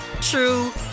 true